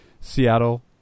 Seattle